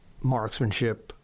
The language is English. marksmanship